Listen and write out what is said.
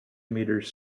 metres